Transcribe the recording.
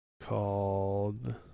called